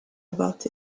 about